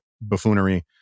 buffoonery